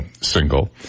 single